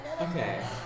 Okay